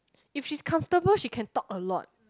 if she's comfortable she can talk a lot